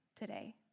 today